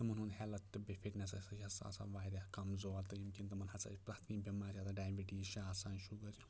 تِمَن ہُنٛد ہیٚلتھ تہٕ فِٹنیٚس ہَسا چھِ آسان واریاہ کَمزور تہٕ ییٚمہِ کِنۍ تِمَن ہَسا چھِ پرٛتھ کانٛہہ بٮ۪مارِ آسان ڈایبِٹیٖز چھِ آسان شُگَر چھُ